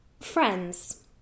Friends